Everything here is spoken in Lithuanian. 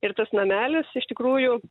ir tas namelis iš tikrųjų